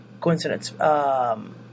coincidence